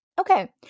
okay